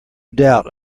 doubt